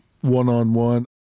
one-on-one